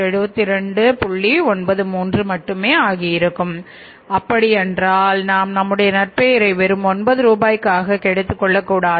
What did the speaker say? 93 மட்டுமே ஆகியிருக்கும் அப்படி என்றால் நாம் நம்முடைய நற்பெயரை வெறும் 9 ரூபாய்க்காக கெடுத்துக் கொள்ளக் கூடாது